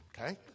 Okay